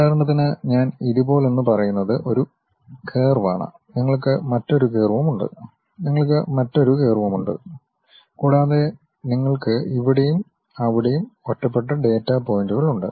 ഉദാഹരണത്തിന് ഞാൻ ഇതുപോലൊന്ന് പറയുന്നത് ഒരു കർവാണ് നിങ്ങൾക്ക് മറ്റൊരു കർവുമുണ്ട് നിങ്ങൾക്ക് മറ്റൊരു കർവുമുണ്ട് കൂടാതെ നിങ്ങൾക്ക് ഇവിടെയും അവിടെയും ഒറ്റപ്പെട്ട ഡാറ്റാ പോയിന്റുകൾ ഉണ്ട്